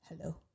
hello